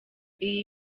iyi